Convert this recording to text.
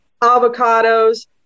avocados